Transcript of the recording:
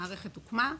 המערכת הוקמה.